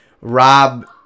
Rob